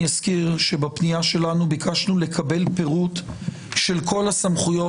אזכיר שבפנייה שלנו ביקשנו לקבל פירוט של כל הסמכויות